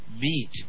meet